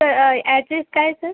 sir address काय आहे sir